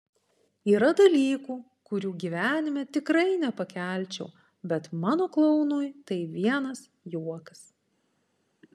yra dalykų kurių gyvenime tikrai nepakelčiau bet mano klounui tai vienas juokas